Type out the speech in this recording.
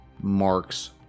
marks